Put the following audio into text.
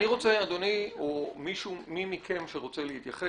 אני רוצה אדוני, או מי מכם שרוצה להתייחס,